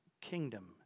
kingdom